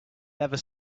never